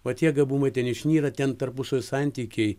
o tie gabumai ten išnyra ten tarpusavio santykiai